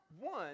one